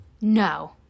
No